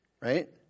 right